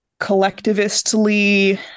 collectivistly